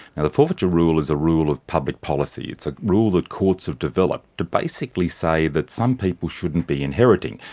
and the forfeiture rule is a rule of public policy, it's a rule that courts have developed to basically say that some people shouldn't be inheriting,